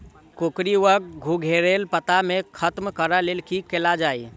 कोकरी वा घुंघरैल पत्ता केँ खत्म कऽर लेल की कैल जाय?